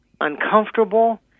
uncomfortable